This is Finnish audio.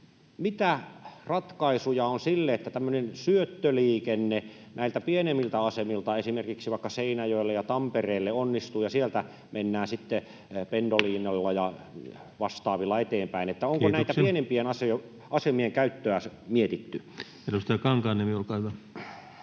Mitä ratkaisuja on siihen, että tämmöinen syöttöliikenne näiltä pienemmiltä asemilta esimerkiksi vaikka Seinäjoelle ja Tampereelle onnistuu ja sieltä mennään sitten Pendolinolla ja vastaavilla eteenpäin? Onko näitten pienempien asemien käyttöä mietitty? Kiitoksia. — Edustaja Kankaanniemi, olkaa hyvä.